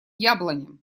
яблоням